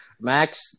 Max